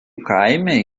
kaime